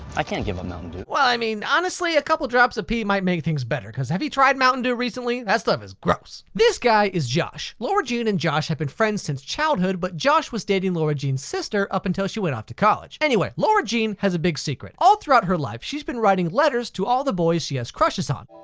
i can't give up mountain dew. well, i mean honestly a couple drops of drops of pee might make things better, cause have you tried mountain dew recently? that stuff is gross. this guy is josh. lara jean and josh have been friends since childhood but josh was dating lara jean's sister up until she went off to college. anyway, lara jean has a big secret. all throughout her life, she's been writing letters to all the boys she has crushes on.